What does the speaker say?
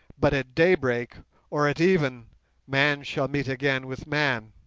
but at daybreak or at even man shall meet again with man.